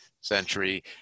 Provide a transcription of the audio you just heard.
century